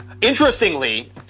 Interestingly